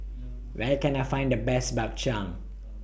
Where Can I Find The Best Bak Chang